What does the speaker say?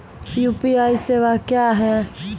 UPI सेवा क्या हैं?